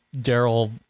Daryl